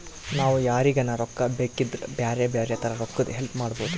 ನಾವು ಯಾರಿಗನ ರೊಕ್ಕ ಬೇಕಿದ್ರ ಬ್ಯಾರೆ ಬ್ಯಾರೆ ತರ ರೊಕ್ಕದ್ ಹೆಲ್ಪ್ ಮಾಡ್ಬೋದು